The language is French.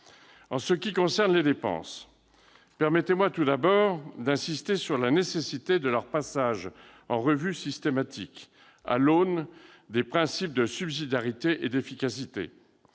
S'agissant des dépenses, permettez-moi tout d'abord d'insister sur la nécessité de leur passage en revue systématique à l'aune des principes de subsidiarité et d'efficacité.